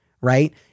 right